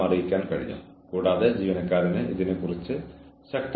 ഭാവിയിൽ എന്താണ് പ്രതീക്ഷിക്കുന്നതെന്ന് ജീവനക്കാർ അറിഞ്ഞിരിക്കണം